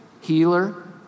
healer